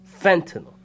fentanyl